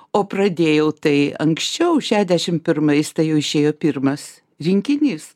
o pradėjau tai anksčiau šešiadešim pirmais tai jau išėjo pirmas rinkinys